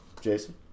jason